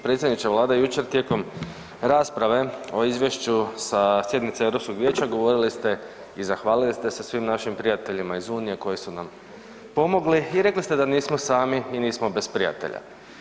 Predsjedniče Vlade, jučer tijekom rasprave o izvješću sa sjednice Europskog vijeća, govorili ste i zahvalili ste se svim našim prijateljima iz Unije koji su nam pomogli i rekli ste da nismo sami i nismo bez prijatelja.